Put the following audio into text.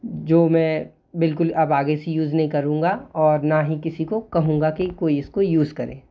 जो मैं बिल्कुल अब आगे से यूज़ नहीं करूँगा और ना ही किसी को कहूँगा कि कोई इसको यूज़ करे